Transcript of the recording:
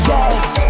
Yes